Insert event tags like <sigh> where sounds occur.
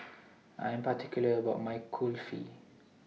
<noise> I Am particular about My Kulfi